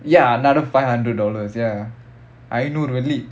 ya another five hundred dollars ya I know really